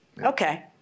okay